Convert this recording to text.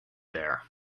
there